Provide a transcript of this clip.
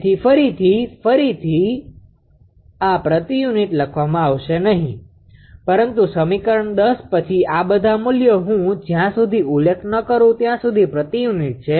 તેથી ફરીથી અને ફરીથી આ પ્રતિ યુનિટ લખવામાં આવશે નહીં પરંતુ સમીકરણ 10 પછી આ બધા મૂલ્યો હું જ્યાં સુધી ઉલ્લેખ ન કરું ત્યાં સુધી પ્રતિ યુનિટ છે